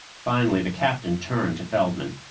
finally the captain turned to feldman.